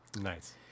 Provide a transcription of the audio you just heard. nice